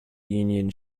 union